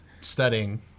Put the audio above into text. studying